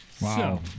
Wow